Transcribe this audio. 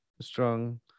strong